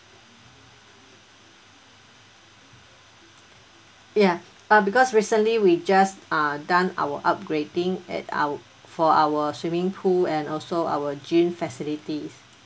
ya uh because recently we just uh done our upgrading at our for our swimming pool and also our gym facilities